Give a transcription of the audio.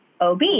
OB